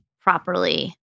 properly